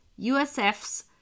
USF's